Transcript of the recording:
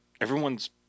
everyone's